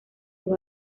sus